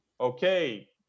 Okay